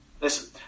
Listen